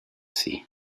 sea